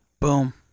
Boom